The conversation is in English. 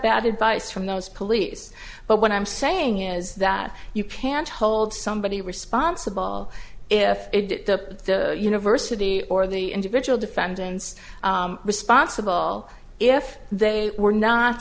bad advice from those police but what i'm saying is that you can't hold somebody responsible if the university or the individual defendants responsible if they were not